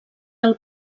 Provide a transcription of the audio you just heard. del